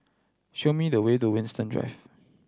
show me the way to Winstedt Drive